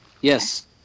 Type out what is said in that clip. Yes